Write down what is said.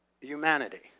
humanity